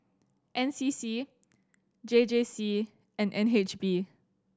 N C C J J C and N H B